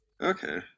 okay